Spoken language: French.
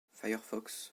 firefox